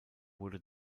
wurde